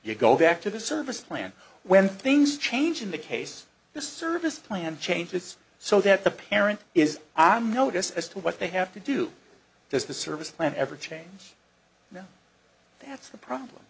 you go back to the service plan when things change in the case the service plan changes so that the parent is on notice as to what they have to do is the service plan ever change now that's the problem